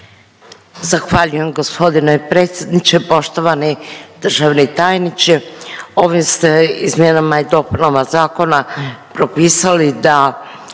Zahvaljujem g. predsjedniče. Poštovani državni tajniče. Ovim ste izmjenama i dopunama Zakona propisali da